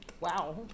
Wow